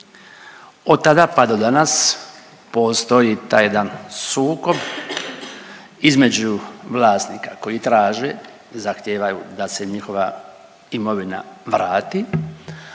Od tada, pa do danas postoji taj jedan sukob između vlasnika koji traže, zahtijevaju da se njihova imovina vrati,